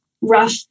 rough